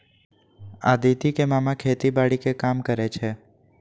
अदिति के मामा खेतीबाड़ी के काम करै छै